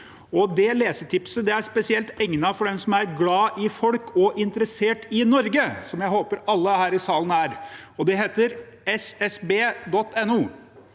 Det lesetipset er spesielt egnet for dem som er glad i folk og interessert i Norge, som jeg håper alle her i salen er, og det heter ssb.no.